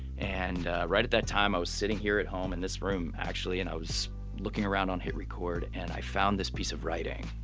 and, ah, right at that time i was sitting here at home, in this room actually, and i was looking around on hitrecord and i found this piece of writing.